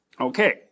okay